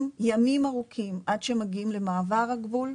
ימים ארוכים עד שמגיעים למעבר הגבול.